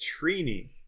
Trini